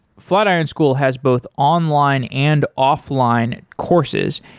flatiron school has both online and offline courses.